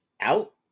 out